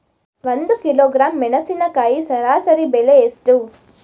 ಒಂದು ಕಿಲೋಗ್ರಾಂ ಮೆಣಸಿನಕಾಯಿ ಸರಾಸರಿ ಬೆಲೆ ಎಷ್ಟು?